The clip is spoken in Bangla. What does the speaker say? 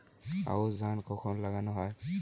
আউশ ধান কখন লাগানো হয়?